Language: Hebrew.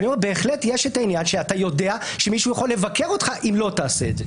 אבל בהחלט יש העניין שאתה יודע שמישהו יכול לבקר אותך אם לא תעשה את זה.